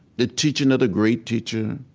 the teaching of the great teacher,